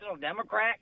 Democrat